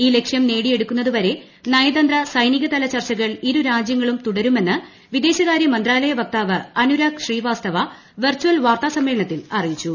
ഈ ലക്ഷ്യം നേടിയെടുക്കുന്നതുവരെ നയതന്ത്ര സൈനികതല ചർച്ചകൾ ഇരുരാജ്യങ്ങളും തുടരുമെന്ന് വിദേശകാര്യ മന്ത്രാലയ വക്താവ് അനുരാഗ് വെർച്ചൽ വാർത്താസമ്മേളനത്തിൽ അറിയിച്ചു